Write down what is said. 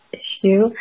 issue